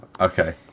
Okay